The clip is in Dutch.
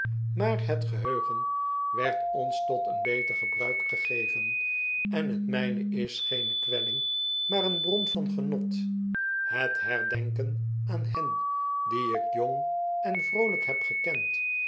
maar het geheugen werd ons tot een beter gebruik gegeven en het mijne is geene kwelling maar een bron van genot het herdenken aan hen die ik jong en vroolijkhebgekend